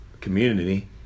community